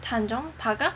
Tanjong Pagar